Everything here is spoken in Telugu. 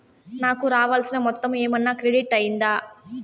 నాకు రావాల్సిన మొత్తము ఏమన్నా క్రెడిట్ అయ్యిందా